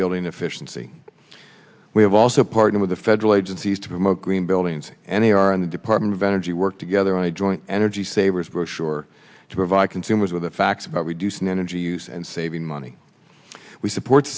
building efficiency we have also partnered with the federal agencies to promote green buildings and they are in the department of energy work together on a joint energy savers brochure to provide consumers with the facts about reducing energy use and saving money we support